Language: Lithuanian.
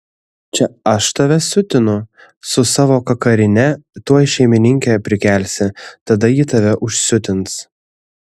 čia aš tave siutinu su savo kakarine tuoj šeimininkę prikelsi tada ji tave užsiutins